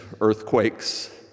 earthquakes